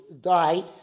die